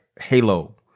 halo